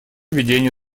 ведения